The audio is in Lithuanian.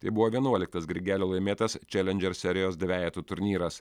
tai buvo vienuoliktas grigelio laimėtas čialendžer serijos dvejetų turnyras